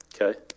Okay